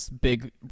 big